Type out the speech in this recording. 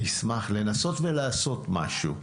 נשמח לנסות ולעשות משהו.